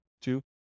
Two